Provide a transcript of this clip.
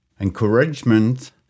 encouragement